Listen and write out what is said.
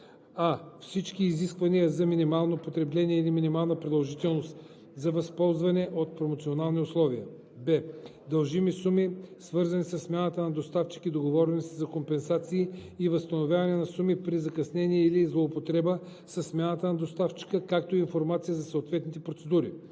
а) всички изисквания за минимално потребление или минимална продължителност за възползване от промоционални условия; б) дължими суми, свързани със смяна на доставчик и договорености за компенсации и възстановяване на суми, при закъснение или злоупотреба със смяната на доставчика, както и информация за съответните процедури;